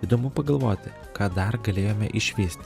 įdomu pagalvoti ką dar galėjome išvyst